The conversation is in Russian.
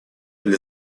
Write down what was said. для